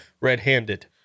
red-handed